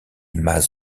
mâts